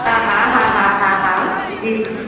हा हा हा हा हा हा जी जी